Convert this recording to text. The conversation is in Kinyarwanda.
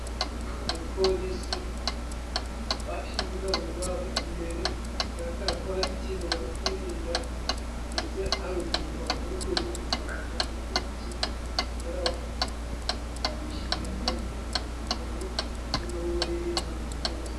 Abapolisi bashyize ingabo za bo imbere, bigaragara ko hari ikintu bari kwirinda, ndetse hari umuntu baporoteje kugira ngo hatagira ikintu kibi kimugeraho. Bamushyize hagati bafite ingabo ndetse na bo baririnze ahantu hose.